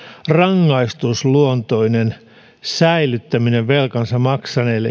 rangaistusluontoinen säilyttäminen velkansa maksaneilla